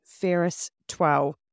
FERRIS12